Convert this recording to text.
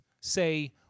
say